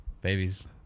babies